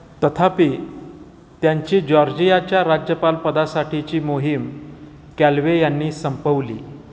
तथापि त्यांची जॉर्जियाच्या राज्यपालपदासाठीची मोहीम कॅल्वे यांनी संपवली